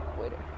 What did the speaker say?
waiter